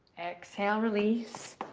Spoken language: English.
exhale, release.